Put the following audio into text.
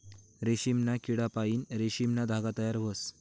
रेशीमना किडापाईन रेशीमना धागा तयार व्हस